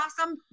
awesome